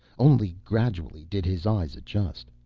only gradually did his eyes adjust.